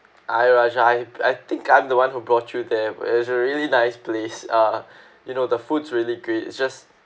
ayer rajah I I think I'm the one who brought you there it's a really nice place uh you know the food's really great it's just